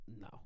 No